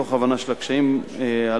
מתוך הבנה של הקשיים הללו,